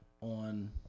on